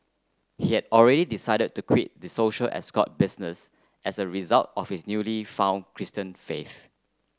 he had already decided to quit the social escort business as a result of his newly found Christian faith